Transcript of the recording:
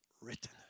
written